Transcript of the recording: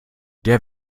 der